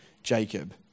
jacob